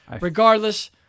regardless